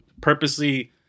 purposely